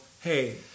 hey